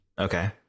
Okay